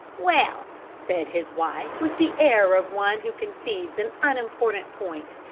well, said his wife, with the air of one who concedes an unimportant point,